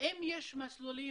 האם יש מסלולים?